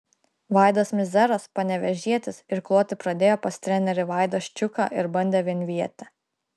vaidas mizeras panevėžietis irkluoti pradėjo pas trenerį vaidą ščiuką ir bandė vienvietę